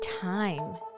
time